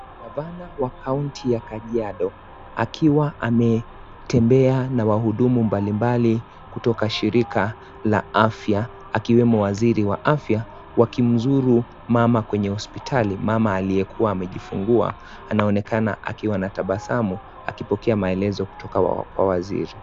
Gavana wa kaunti ya Kajiado akiwa ametembea na wahudumu mbalimbali kutoka shirika la afya, akiwemo waziri wa afya, wakimzuru mama kwenye hospitali. Mama aliyekuwa amejifungua, anaonekana akiwa na tabasamu akipokea maelezo kutoka kwa waziri.